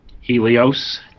Helios